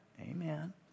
amen